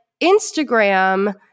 Instagram